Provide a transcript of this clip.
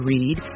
Read